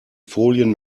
folien